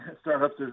startups